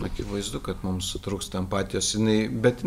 akivaizdu kad mums trūksta empatijos seniai bet